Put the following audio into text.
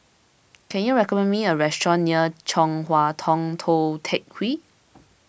can you recommend me a restaurant near Chong Hua Tong Tou Teck Hwee